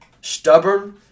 stubborn